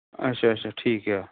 ਅੱਛਾ ਅੱਛਾ ਠੀਕ ਆ